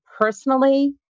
personally